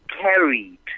carried